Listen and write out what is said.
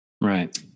Right